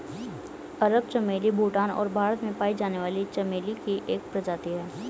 अरब चमेली भूटान और भारत में पाई जाने वाली चमेली की एक प्रजाति है